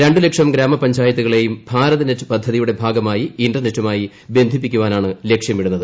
ര ലക്ഷം ഗ്രാമപഞ്ചായത്തുകളെയും ഭാരത് നെറ്റ് പദ്ധതിയുടെ ഭാഗമായി ഇന്റർനെറ്റുമായി ബന്ധിപ്പിക്കാനാണ് ലക്ഷ്യമിടുന്നത്